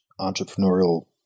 entrepreneurial